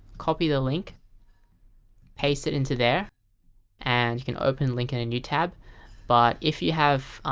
copy the link paste it into there and you can open link in a new tab but if you have